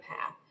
path